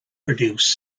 produce